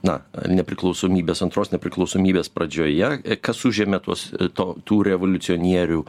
na nepriklausomybės antros nepriklausomybės pradžioje kas užėmė tuos to tų revoliucionierių